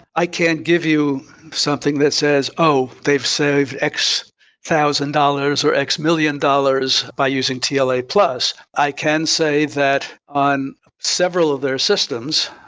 i can't give you something that says, oh, they've saved x thousand dollars or x million dollars by using yeah tla plus. i can say that on several of their systems,